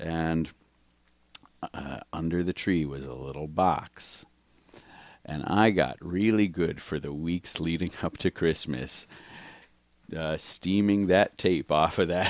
bad and under the tree was a little box and i got really good for the weeks leading up to christmas steaming that tape for that